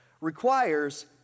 requires